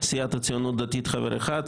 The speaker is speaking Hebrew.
מסיעת הציונות הדתית חבר אחד,